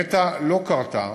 נת"ע לא כרתה